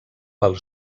pel